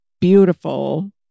beautiful